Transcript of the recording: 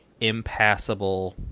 impassable